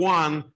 one